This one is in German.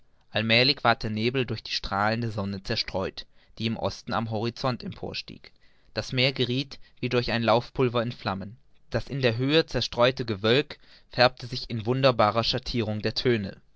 allmälig ward der nebel durch die strahlen der sonne zerstreut die im osten am horizont emporstieg das meer gerieth wie durch ein laufpulver in flammen das in der höhe zerstreute gewölk färbte sich in wunderbarer schattirung der töne